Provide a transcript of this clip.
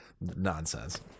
nonsense